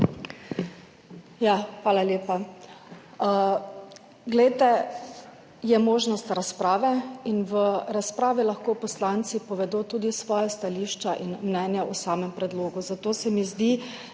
Hvala lepa. Glejte, je možnost razprave in v razpravi lahko poslanci povedo tudi svoja stališča in mnenja o samem predlogu. Zato se mi zdi